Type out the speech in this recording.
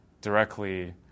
directly